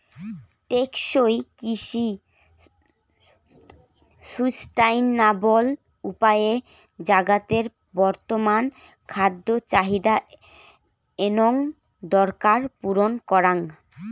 টেকসই কৃষি সুস্টাইনাবল উপায়ে জাগাতের বর্তমান খাদ্য চাহিদা এনং দরকার পূরণ করাং